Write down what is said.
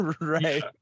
Right